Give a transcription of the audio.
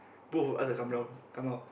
both of us will come down come out